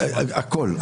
הכול.